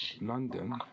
London